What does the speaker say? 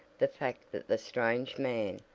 the fact that the strange man,